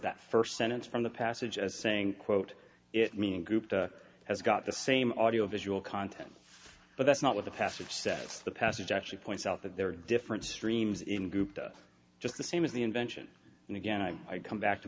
that first sentence from the passage as saying quote it meaning group has got the same audiovisual content but that's not what the passage says the passage actually points out that there are different streams in group just the same is the invention and again i come back to